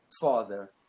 father